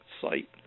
site